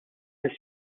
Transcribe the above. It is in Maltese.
lill